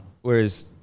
Whereas